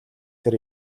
тэр